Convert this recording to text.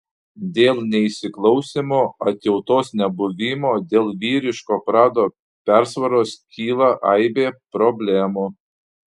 dėl neįsiklausymo atjautos nebuvimo dėl vyriško prado persvaros kyla aibė problemų